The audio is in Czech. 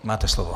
Máte slovo.